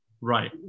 Right